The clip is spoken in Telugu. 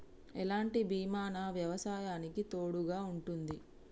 ఎలాంటి బీమా నా వ్యవసాయానికి తోడుగా ఉంటుంది?